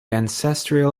ancestral